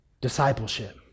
discipleship